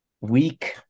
week